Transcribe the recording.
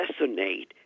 resonate